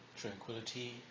tranquility